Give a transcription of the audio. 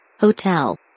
Hotel